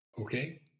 okay